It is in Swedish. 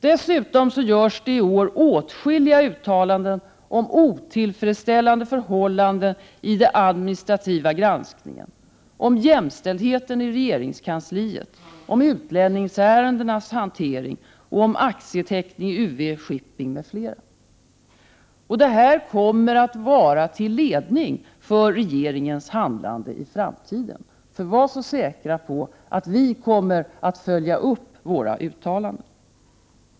Dessutom görs det i år åtskilliga uttalanden om otillfredsställande förhållanden i den administrativa granskningen, om jämställdheten i regeringskansliet, om utlänningsärendena och om aktieteckningen i UV-Shipping. Detta kommer att vara till ledning för regeringens handlande i framtiden. Var så säker på att vi kommer att följa upp våra uttalanden!